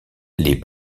les